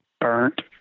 burnt